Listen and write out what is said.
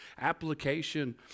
application